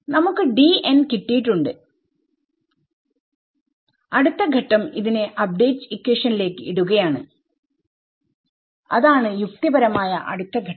നമുക്ക് കിട്ടിയിട്ടുണ്ട് അടുത്ത ഘട്ടം ഇതിനെ അപ്ഡേറ്റ് ഇക്വേഷനിലേക്ക് ഇടുകയാണ് അതാണ് യുക്തിപരമായ അടുത്ത ഘട്ടം